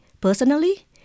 personally